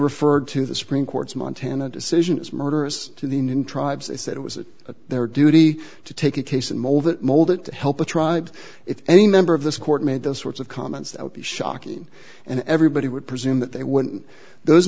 referred to the supreme court's montana decision as murderous to the indian tribes they said it was a their duty to take a case and mold it mold it to help the tribe if any member of this court made those sorts of comments that would be shocking and everybody would presume that they wouldn't those